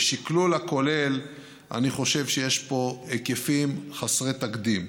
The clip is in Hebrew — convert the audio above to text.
בשקלול הכולל אני חושב שיש פה היקפים חסרי תקדים.